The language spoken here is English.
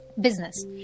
business